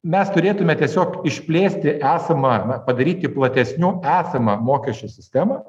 mes turėtume tiesiog išplėsti esamą padaryti platesniu esamą mokesčių sistemą